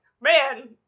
Man